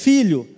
Filho